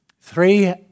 three